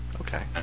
Okay